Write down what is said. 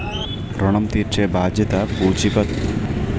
ఋణం తీర్చేబాధ్యత పూచీకత్తు ఇచ్చిన వ్యక్తి పై కూడా ఉంటాది